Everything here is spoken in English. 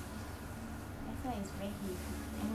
that's why it's very heavy and I got a laptop